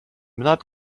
not